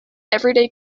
everyday